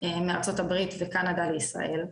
מארצות הברית וקנדה לישראל,